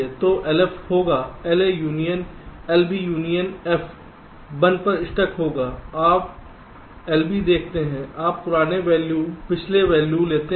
तो LF होगा LA union LB union F 1 पर स्टक होगा आप LB देखते हैं आप पुराने वैल्यू पिछले वैल्यू लेते हैं